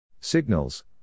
Signals